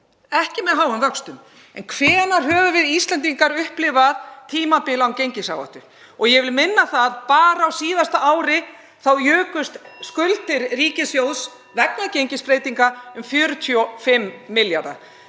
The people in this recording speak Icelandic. ekki með háum vöxtum. En hvenær höfum við Íslendingar upplifað tímabil án gengisáhættu? Og ég vil minna á það að bara á síðasta ári jukust skuldir ríkissjóðs (Forseti hringir.) vegna gengisbreytinga um 45 milljarða.